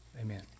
Amen